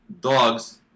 dogs